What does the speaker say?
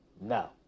No